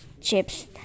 chips